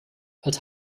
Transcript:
als